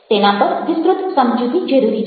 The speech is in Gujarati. તેના પર વિસ્તૃત સમજૂતી જરૂરી છે